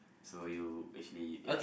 so you actually ya